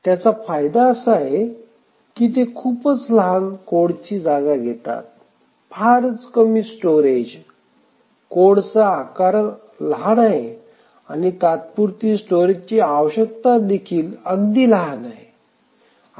त्याचा फायदा असा आहे की ते खूपच लहान कोडची जागा घेतात फारच कमी स्टोरेज कोडचा आकार लहान आहे आणि तात्पुरती स्टोरेजची आवश्यकता देखील अगदी लहान आहे